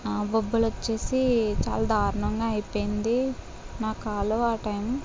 బొబ్బలొచ్చేసి చాలా దారుణంగా అయిపోయింది నా కాలు ఆ టైమ్